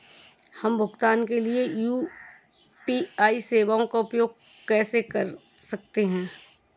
हम भुगतान के लिए यू.पी.आई सेवाओं का उपयोग कैसे कर सकते हैं?